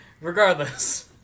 Regardless